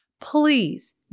please